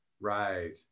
right